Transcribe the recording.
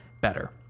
better